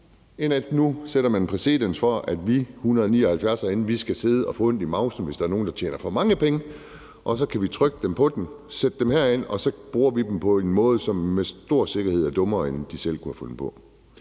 end at man nu sætter en præcedens for, at vi 179 herinde skal sidde og få ondt i maven, hvis der er nogle, der tjener for mange penge, og så kan vi trykke dem på den, sætte pengene herind, og så bruger vi dem på en måde, som med stor sikkerhed er dummere end det, de selv kunne have fundet på.